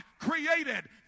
created